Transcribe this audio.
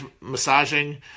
massaging